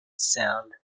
sound